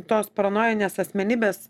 tos paranojinės asmenybės